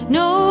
no